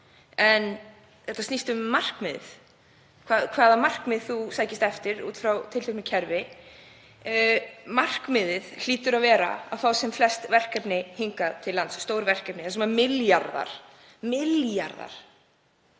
En þetta snýst um markmiðið, hvaða markmiði maður sækist eftir út frá tilteknu kerfi. Markmiðið hlýtur að vera að fá sem flest verkefni hingað til lands, stór verkefni þar sem milljarðar